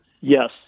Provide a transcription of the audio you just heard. Yes